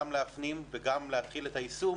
גם להפנים וגם להתחיל את היישום